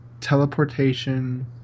teleportation